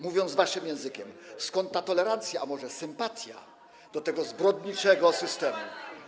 Mówiąc waszym językiem: Skąd ta tolerancja, a może sympatia do tego zbrodniczego systemu?